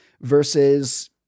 versus